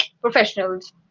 professionals